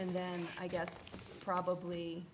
and then i guess probably